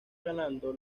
ganando